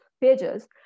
pages